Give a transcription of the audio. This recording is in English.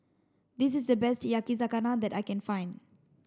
this is the best Yakizakana that I can find